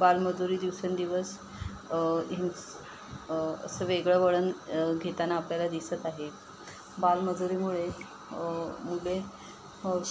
बालमजुरी दिवसेंदिवस हिंस असं वेगळं वळण घेताना आपल्याला दिसत आहे बालमजुरीमुळे मुले